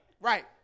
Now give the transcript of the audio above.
Right